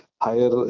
higher